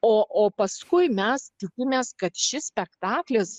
o o paskui mes tikimės kad šis spektaklis